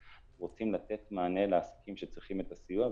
אנחנו רוצים לתת מענה לעסקים שצריכים את הסיוע,